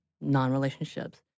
non-relationships